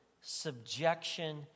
subjection